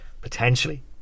potentially